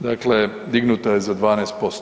Dakle, dignuta je za 12%